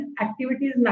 activities